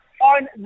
on